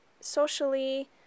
socially